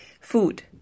Food